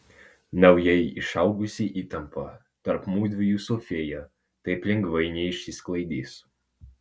naujai išaugusi įtampa tarp mudviejų su fėja taip lengvai neišsisklaidys